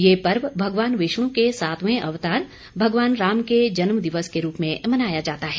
यह पर्व भगवान विष्णु के सातवें अवतार भगवान राम के जन्मदिवस के रूप में मनाया जाता है